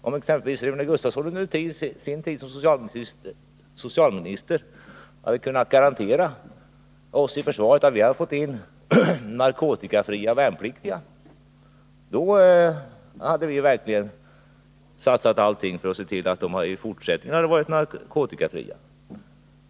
Om Rune Gustavsson under sin tid som socialminister hade kunnat garantera att de värnpliktiga var narkotikafria när de kom till oss inom försvaret, då hade vi verkligen satsat allting på att de också i fortsättningen skulle vara narkotikafria.